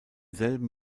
selben